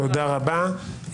תודה רבה.